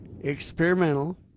experimental